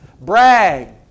Brag